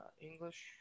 English